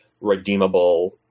redeemable